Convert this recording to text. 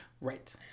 Right